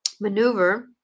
maneuver